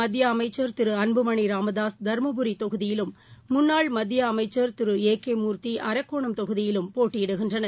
மத்தியஅமைச்சர் திருஅன்புமணிராமதாஸ் தருமபுரி தொகுதியிலும் முன்னாள் முன்னாள் மத்தியஅமைச்சர் திரு ஏ கே மூர்த்தி அரக்கோணம் தொகுதியிலும் போட்டியிடுகின்றனர்